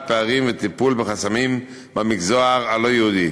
פערים וטיפול בחסמים במגזר הלא-יהודי,